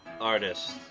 Artist